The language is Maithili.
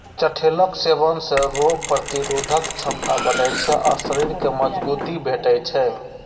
चठैलक सेवन सं रोग प्रतिरोधक क्षमता बढ़ै छै आ शरीर कें मजगूती भेटै छै